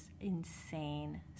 insane